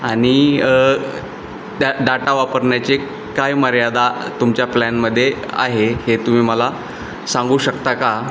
आणि त्या डाटा वापरण्याचे काय मर्यादा तुमच्या प्लॅनमध्ये आहे हे तुम्ही मला सांगू शकता का